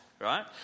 Right